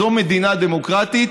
זו מדינה דמוקרטית,